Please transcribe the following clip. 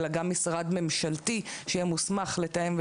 אלא גם משרד ממשלתי שיהיה מוסך לתאם,